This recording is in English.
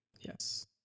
Yes